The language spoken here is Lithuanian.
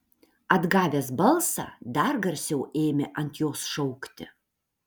atgavęs balsą dar garsiau ėmė ant jos šaukti